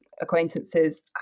acquaintances